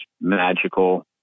magical